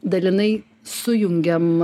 dalinai sujungiam